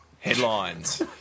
Headlines